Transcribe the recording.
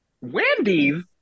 Wendy's